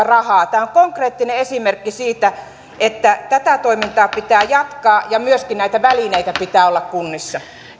rahaa tämä on konkreettinen esimerkki siitä että tätä toimintaa pitää jatkaa ja myöskin näitä välineitä pitää olla kunnissa